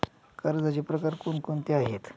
कर्जाचे प्रकार कोणकोणते आहेत?